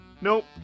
Nope